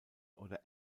oder